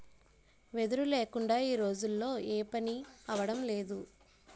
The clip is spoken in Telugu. వెదురు లేకుందా ఈ రోజుల్లో ఏపనీ అవడం లేదు కదా